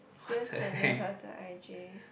just sending her to i_j